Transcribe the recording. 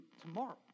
tomorrow